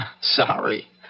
Sorry